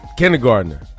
Kindergartner